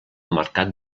mercat